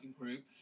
Group